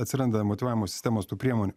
atsiranda motyvavimo sistemos tų priemonių